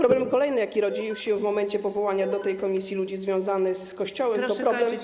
Kolejny problem, jaki rodzi się w momencie powołania do tej komisji ludzi związanych z kościołem, to problem.